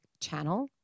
channel